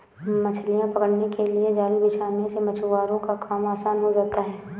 मछलियां पकड़ने के लिए जाल बिछाने से मछुआरों का काम आसान हो जाता है